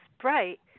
bright